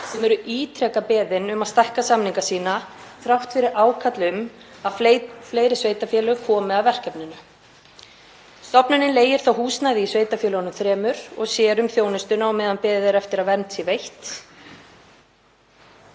sem eru ítrekað beðin um að stækka samninga sína þrátt fyrir ákall um að fleiri sveitarfélög komi að verkefninu. Stofnunin leigir húsnæði í sveitarfélögunum þremur og sér um þjónustuna á meðan beðið er eftir að vernd sé veitt.